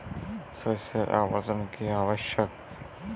শস্যের আবর্তন কী আবশ্যক?